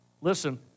listen